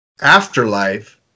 afterlife